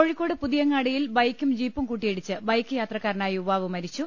കോഴിക്കോട് പുതിയങ്ങാടിയിൽ ബൈക്കും ജീപ്പും കൂട്ടിയി ടിച്ച് ബൈക്ക് യാത്രക്കാരനായ യുവാവ് മരിച്ചു